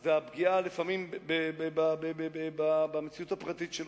היא לפעמים הפגיעה במציאות הפרטית שלו.